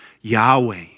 Yahweh